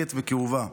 מרוסקת וכאובה.